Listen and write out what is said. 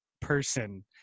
person